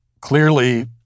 clearly